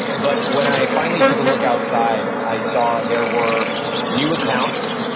but when i finally took a look outside i saw there were new accounts,